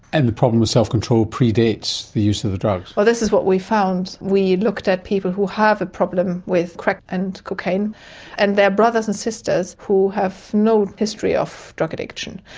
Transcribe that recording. and the problem with self-control pre-dates the use of the drugs? well this is what we found. we looked at people who have a problem with crack and cocaine and their brothers and sisters who have no history of drug addiction,